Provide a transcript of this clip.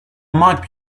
marc